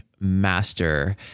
Master